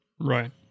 Right